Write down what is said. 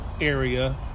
area